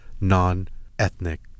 non-ethnic